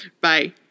Bye